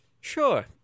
Sure